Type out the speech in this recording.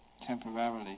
temporarily